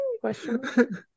question